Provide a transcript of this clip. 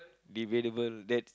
debatable that